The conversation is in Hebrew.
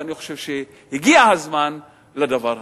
ואני חושב שהגיע הזמן לדבר הזה.